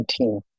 2019